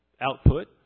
output